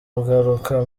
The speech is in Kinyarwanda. kugaruka